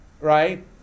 right